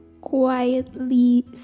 quietly